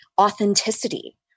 authenticity